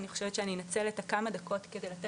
אני חושבת שאני אנצל את הזמן שלי קצת לתת